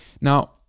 Now